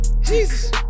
jesus